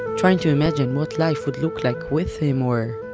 trying to imagine what life would look like with him, or,